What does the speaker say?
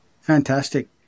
Fantastic